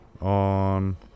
on